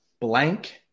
blank